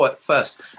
first